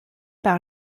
par